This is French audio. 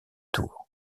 tour